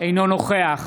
אינו נוכח